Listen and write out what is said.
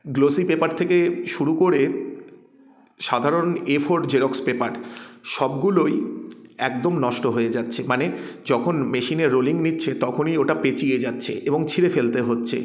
glossy paper থেকে শুরু করে সাধারণ এ ফোর জেরক্স পেপার সবগুলোই একদম নষ্ট হয়ে যাচ্ছে মানে যখন মেশিনে রোলিং নিচ্ছে তখনই ওটা পেঁচিয়ে যাচ্ছে এবং ছিঁড়ে ফেলতে হচ্ছে